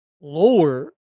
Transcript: lower